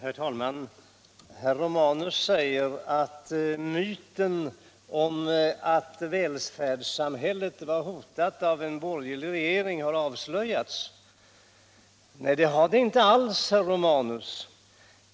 Herr talman! Herr Romanus säger att myten om att välfärdssamhället var hotat av en borgerlig regering har avslöjats. Nej, det har den inte alls, herr Romanus.